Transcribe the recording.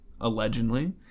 Allegedly